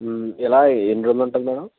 ఇలా ఎన్ని రోజులు ఉంటుంది మేడం